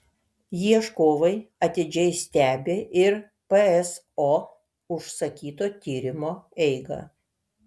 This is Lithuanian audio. ieškovai atidžiai stebi ir pso užsakyto tyrimo eigą